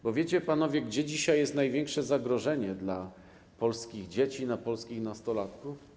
Czy wiecie panowie, gdzie dzisiaj jest największe zagrożenie dla polskich dzieci, dla polskich nastolatków?